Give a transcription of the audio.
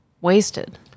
wasted